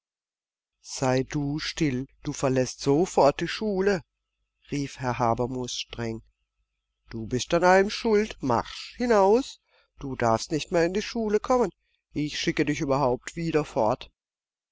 sei du still du verläßt sofort die schule rief herr habermus streng du bist an allem schuld marsch hinaus du darfst nicht mehr in die schule kommen ich schicke dich überhaupt wieder fort